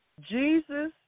Jesus